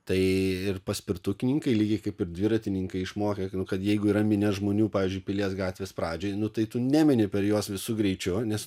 tai ir paspirtukininkai lygiai kaip ir dviratininkai išmokę kad jeigu yra minia žmonių pavyzdžiui pilies gatvės pradžioje nu tai tu nemini per juos visu greičiu nes